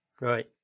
right